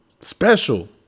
Special